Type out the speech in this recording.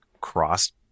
crossed